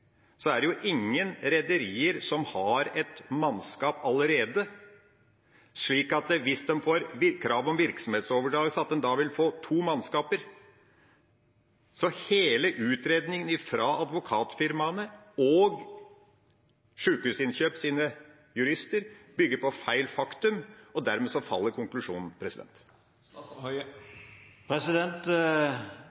er det jo ingen rederier som hvis de allerede har et mannskap, vil få to mannskaper hvis man får krav om virksomhetsoverdragelse. Så hele utredningen fra advokatfirmaene og Sykehusinnkjøps jurister bygger på feil faktum, og dermed faller konklusjonen.